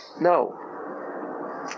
No